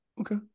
Okay